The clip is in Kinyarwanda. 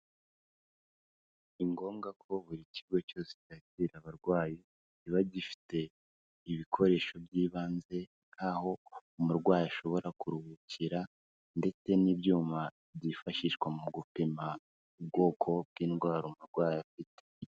Ni ngombwa ko buri kigo cyose cyakira abarwayi kiba gifite ibikoresho by'ibanze, aho umurwayi ashobora kuruhukira ndetse n'ibyuma byifashishwa mu gupima ubwoko bw'indwara umurwayi afite.